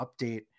update